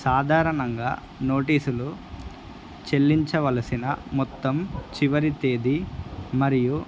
సాధారణంగా నోటీసులు చెల్లించవలసిన మొత్తం చివరి తేదీ మరియు